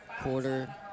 quarter